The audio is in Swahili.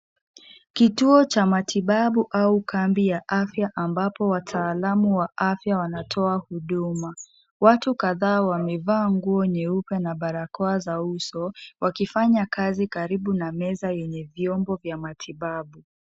Kituo cha matibabu au kambi ya afya ambapo wataalamu wa afya wanatoa huduma, watu kadhaa wamevaa nguo nyeupe na barako za uso wakifanya kazi karibu na meza yenye vyombo vya matibabu.